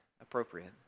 appropriate